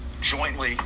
jointly